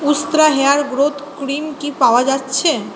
উস্ত্রা hair growth cream কি পাওয়া যাচ্ছে